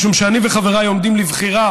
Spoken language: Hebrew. משום שאני וחבריי עומדים לבחירה